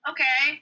Okay